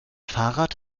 fahrrad